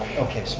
okay.